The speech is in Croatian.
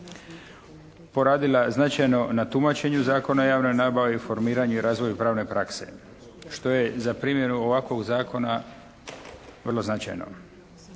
poradila značajno na tumačenju Zakona o javnoj nabavi, formiranju i razvoju pravne praske, što je za primjenu ovakvog zakona vrlo značajno.